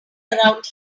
around